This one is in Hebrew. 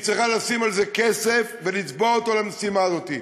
היא צריכה לשים על זה כסף ולצבוע אותו למשימה הזאת.